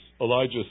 Elijah